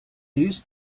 use